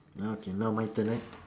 okay now my turn right